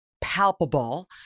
palpable